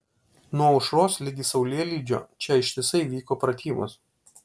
nuo aušros ligi saulėlydžio čia ištisai vyko pratybos